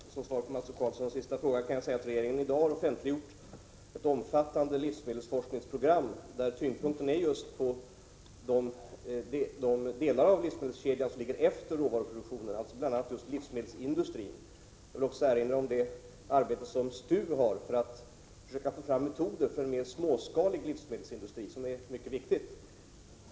Herr talman! Som svar på Mats O Karlssons sista fråga kan jag säga att regeringen i dag har offentliggjort ett omfattande livsmedelsforskningsprogram, där tyngdpunkten ligger just på de delar av livsmedelskedjan som kommer efter råvaruproduktionen, dvs. bl.a. livsmedelsindustrin. Jag vill också erinra om det arbete som STU bedriver för att försöka få fram metoder för en mer småskalig livsmedelsindustri, vilket är mycket viktigt.